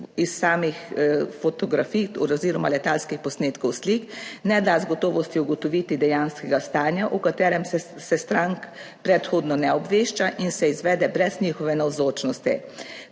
iz samih fotografij oziroma letalskih posnetkov slik ne da z gotovostjo ugotoviti dejanskega stanja, o katerem se strank predhodno ne obvešča in se izvede brez njihove navzočnosti.